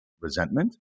resentment